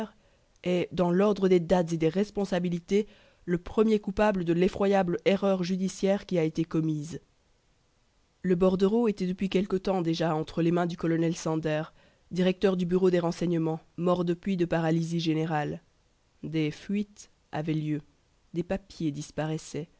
est dans l'ordre des dates et des responsabilités le premier coupable de l'effroyable erreur judiciaire qui a été commise le bordereau était depuis quelque temps déjà entre les mains du colonel sandherr directeur du bureau des renseignements mort depuis de paralysie générale des fuites avaient lieu des papiers disparaissaient